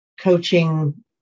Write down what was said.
coaching